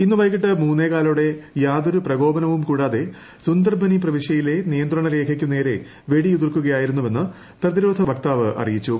ഇന്ന് വൈകിട്ട് മൂന്നേകാലോടെ യാതൊരു പ്രകോപനവും കൂടാതെ സുന്ദർബനി പ്രവിശ്യയിലെ നിയന്ത്രണ രേഖയ്ക്കു നേരെ വെടിയുതിർക്കുകയായിരുന്നുവെന്ന് പ്രതിരോധവക്താവ് അറിയിച്ചു